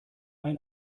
ein